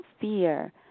fear